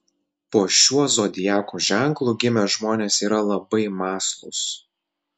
po šiuo zodiako ženklu gimę žmonės yra labai mąslūs